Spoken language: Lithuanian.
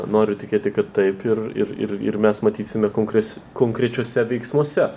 noriu tikėti kad taip ir ir ir ir mes matysime konkres konkrečiuose veiksmuose